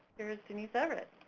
here's denise everett.